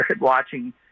watching